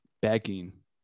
begging